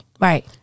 Right